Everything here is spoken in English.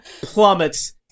plummets